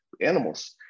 animals